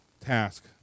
task